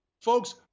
folks